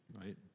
right